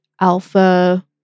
alpha